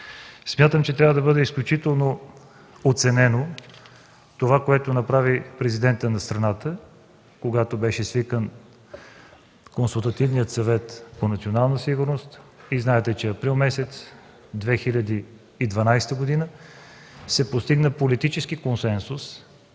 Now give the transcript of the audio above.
Смятам, че трябва да бъде оценено като изключително това, което направи Президентът на страната, когато беше свикан Консултативният съвет по национална сигурност. Знаете, че месец април 2012 г. се постигна политически консенсус